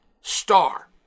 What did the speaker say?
star